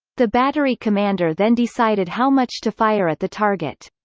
the battery commander then decided how much to fire at the target.